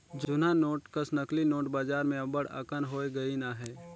जुनहा नोट कस नकली नोट बजार में अब्बड़ अकन होए गइन अहें